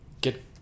get